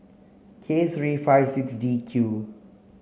K three five six D Q